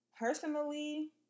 Personally